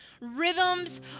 rhythms